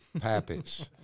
Pappas